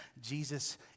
Jesus